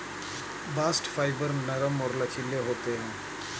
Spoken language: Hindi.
बास्ट फाइबर नरम और लचीले होते हैं